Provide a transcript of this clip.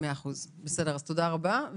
תודה רבה.